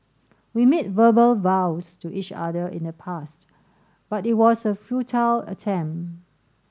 we made verbal vows to each other in the past but it was a futile attempt